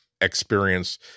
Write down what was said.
experience